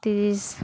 ᱛᱨᱤᱥ